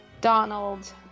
Donald